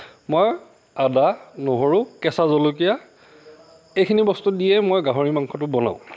মই আদা নহৰু কেঁচা জলকীয়া এইখিনি বস্তু দিয়ে মই গাহৰি মাংসটো বনাওঁ